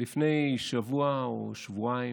לפני שבוע או שבועיים,